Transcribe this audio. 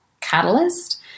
catalyst